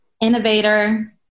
innovator